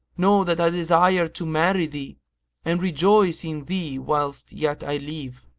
know that i desire to marry thee and rejoice in thee whilst yet i live,